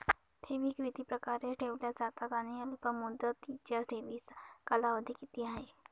ठेवी किती प्रकारे ठेवल्या जातात आणि अल्पमुदतीच्या ठेवीचा कालावधी किती आहे?